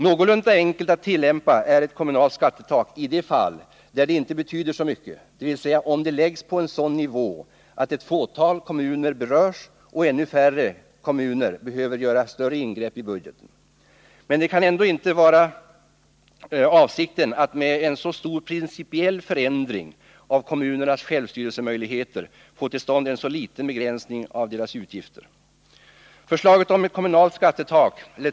Någorlunda enkelt att tillämpa är ett kommunalt skattetak i de fall där det inte betyder så mycket, dvs. om det läggs på sådan nivå att ett fåtal kommuner berörs och ännu färre kommuner behöver göra större ingrepp i budgeten. Men det kan ändå inte vara avsikten att med en så stor principiell förändring av kommunernas självstyrelsemöjligheter få till stånd en så liten begränsning av deras utgifter.